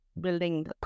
building